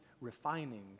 refining